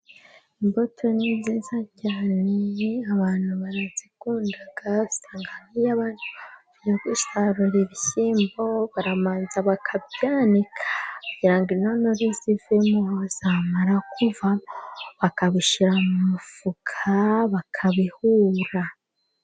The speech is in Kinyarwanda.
Imbuto ni nziza cyane abantu barazikunda usanga nk'iyo abantu bari gusarura ibishyimbo, barabanza bakabyanika kugira ngo intonore zivemo, zamara kuvamo, bakabishyira mu mufuka bakabihura.